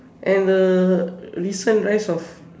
and the recent rise of